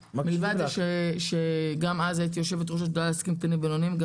מלבד זה שגם אז הייתי יושבת-ראש השדולה לעסקים קטנים ובינוניים גם